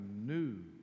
new